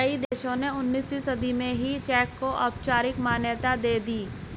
कई देशों ने उन्नीसवीं सदी में ही चेक को औपचारिक मान्यता दे दी